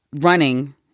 running